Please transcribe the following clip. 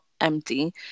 empty